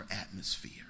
atmosphere